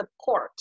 support